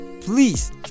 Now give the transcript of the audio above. please